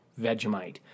Vegemite